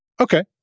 Okay